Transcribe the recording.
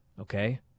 okay